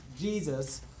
Jesus